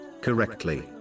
correctly